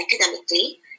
academically